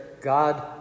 God